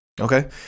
Okay